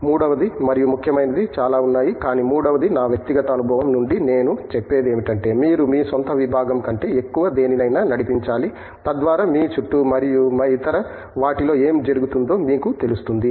మూడవది మరియు ముఖ్యమైనది చాలా ఉన్నాయి కానీ మూడవది నా వ్యక్తిగత అనుభవం నుండి నేను చెప్పేది ఏమిటంటే మీరు మీ స్వంత విబాగం కంటే ఎక్కువ దేనినైనా నడిపించాలి తద్వారా మీ చుట్టూ మరియు ఇతర వాటిలో ఏమి జరుగుతుందో మీకు తెలుస్తుంది